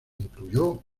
incluyó